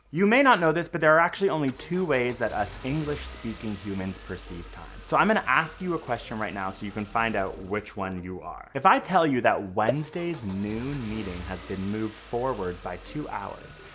you may not know this, but there are actually only two ways that us english-speaking humans perceive time. so i'm gonna ask you a question right now so you can find out which one you are. if i tell you that wednesday's noon meeting has been moved forward by two hours,